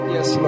Yes